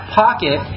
pocket